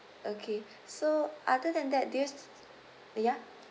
okay so other than that do you yeah